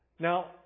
Now